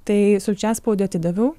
tai sulčiaspaudę atidaviau